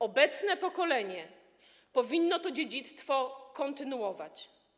Obecne pokolenie powinno to dziedzictwo kontynuować.